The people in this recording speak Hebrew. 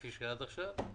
כפי שהיה עד עכשיו.